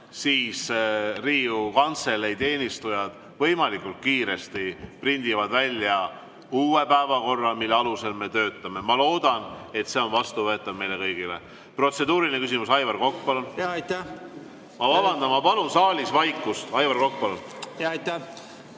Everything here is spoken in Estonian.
siis Riigikogu Kantselei teenistujad võimalikult kiiresti prindivad välja uue päevakorra, mille alusel me töötame. Ma loodan, et see on vastuvõetav meile kõigile. Protseduuriline küsimus, Aivar Kokk, palun! Ma vabandan, ma palun saalis vaikust. Aivar Kokk,